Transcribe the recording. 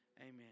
amen